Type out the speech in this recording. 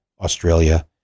australia